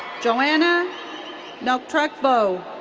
joanna ngoc-truc vo.